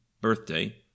birthday